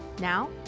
now